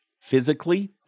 physically